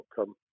outcome